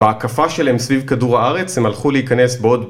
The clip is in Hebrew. בהקפה שלהם סביב כדור הארץ הם הלכו להיכנס בעוד